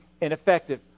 ineffective